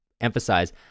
emphasize